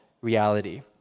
reality